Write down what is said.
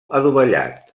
adovellat